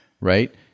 Right